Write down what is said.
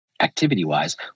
activity-wise